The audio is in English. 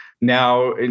Now